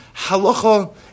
Halacha